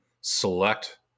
select